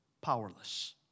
powerless